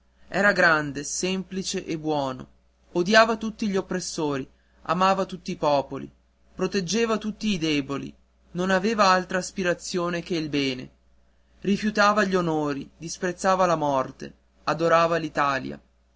era grande semplice e buono odiava tutti gli oppressori amava tutti i popoli proteggeva tutti i deboli non aveva altra aspirazione che il bene rifiutava gli onori disprezzava la morte adorava